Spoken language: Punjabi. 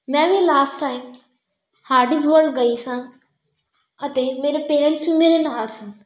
ਮੈਂ ਵੀ ਲਾਸਟ ਟਾਈਮ ਹਾਰਡਇਜ਼ ਵਰਲਡ ਗਈ ਸਾਂ ਅਤੇ ਮੇਰੇ ਪੇਰੈਂਟਸ ਵੀ ਮੇਰੇ ਨਾਲ ਸੀ